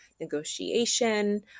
negotiation